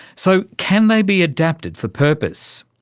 so can they be adapted for purpose?